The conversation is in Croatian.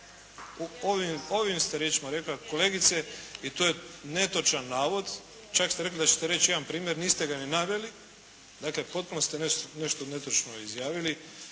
Ovim ste riječima rekli kolegice i to je netočan navod, čak ste rekli da ćete reći jedan primjer, niste ga ni naveli. Dakle potpuno ste nešto netočno izjavili